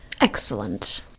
Excellent